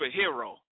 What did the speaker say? superhero